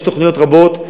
יש תוכניות רבות.